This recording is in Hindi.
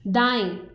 दाएँ